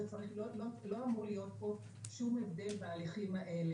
לא אמור להיות שום הבדל בהליכים האלה,